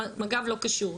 מג"ב לא קשור,